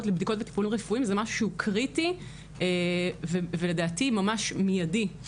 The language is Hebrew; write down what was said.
לבדיקות וטיפולים זה משהו קריטי ולדעתי ממש מידיי.